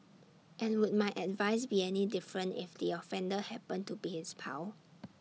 and would my advice be any different if the offender happened to be his pal